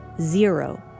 zero